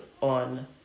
on